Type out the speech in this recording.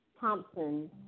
Thompson